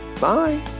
Bye